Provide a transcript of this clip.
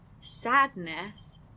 sadness